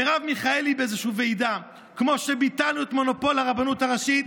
מרב מיכאלי באיזושהי ועידה: כמו שביטלנו את מונופול הרבנות הראשית,